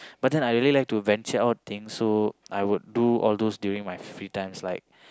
but then I really like to venture out things so I would do all those during my free times like